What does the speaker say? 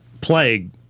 plague